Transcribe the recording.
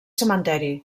cementeri